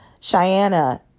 Cheyenne